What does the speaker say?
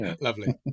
Lovely